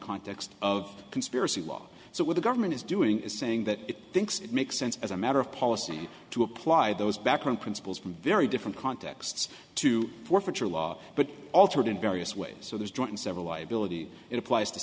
context of conspiracy law so what the government is doing is saying that it thinks it makes sense as a matter of policy to apply those background principles from very different contexts to forfeiture law but altered in various ways so there's joint several liability it applies to